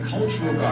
Cultural